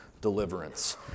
deliverance